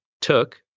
took